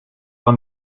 pas